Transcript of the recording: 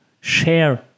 share